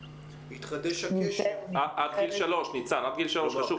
עד גיל שלוש, זה חשוב.